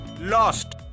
lost